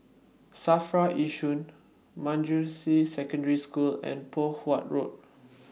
SAFRA Yishun Manjusri Secondary School and Poh Huat Road